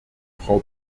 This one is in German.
frau